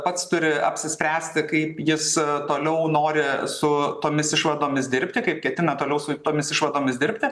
pats turi apsispręsti kaip jis toliau nori su tomis išvadomis dirbti kaip ketina toliau su tomis išvadomis dirbti